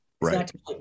Right